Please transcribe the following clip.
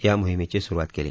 या मोहिमेची सुरुवात केली